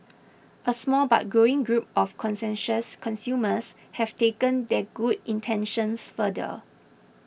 a small but growing group of conscientious consumers have taken their good intentions further